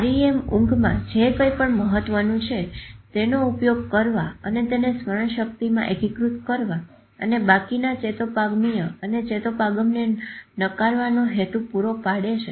REM ઊંઘમાં જે કંઈપણ મહત્વનું છે તેનો ઉપયોગ કરવા અને તેને સ્મરણ શક્તિમાં એકીકૃત કરવા અને બાકીના ચેતોપાગમીય અને ચેતોપાગમને નકારવાનો હેતુ પૂરો પડે છે